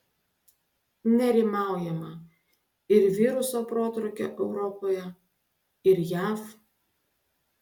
nerimaujama ir viruso protrūkio europoje ir jav